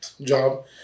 job